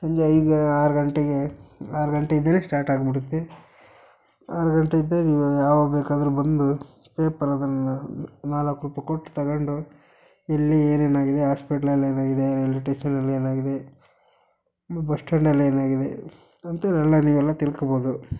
ಸಂಜೆ ಐದು ಆರು ಗಂಟೆಗೆ ಆರು ಗಂಟೆಯಿಂದನೇ ಸ್ಟಾರ್ಟ್ ಆಗ್ಬಿಡುತ್ತೆ ಆರು ಗಂಟೆಯಿಂದ ನೀವು ಯಾವಾಗ ಬೇಕಾದರೂ ಬಂದು ಪೇಪರ್ ಅದನ್ನು ನಾಲ್ಕು ರೂಪಾಯಿ ಕೊಟ್ಟು ತಗೊಂಡು ಇಲ್ಲಿ ಏನೇನಾಗಿದೆ ಹಾಸ್ಪಿಟ್ಲಲ್ಲಿ ಏನಾಗಿದೆ ರೈಲ್ವೆ ಟೇಷನಲ್ಲಿ ಏನಾಗಿದೆ ಆಮ ಬಸ್ ಸ್ಟ್ಯಾಂಡಲ್ಲಿ ಏನಾಗಿದೆ ಅಂತ ಎಲ್ಲ ನೀವೆಲ್ಲ ತಿಳ್ಕೋಬೋದು